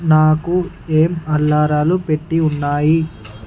నాకు ఏం అలారాలు పెట్టి ఉన్నాయి